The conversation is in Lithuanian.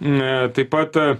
na taip pat